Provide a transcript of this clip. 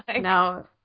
no